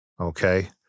okay